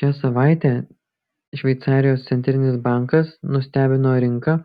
šią savaitę šveicarijos centrinis bankas nustebino rinką